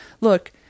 Look